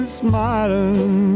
smiling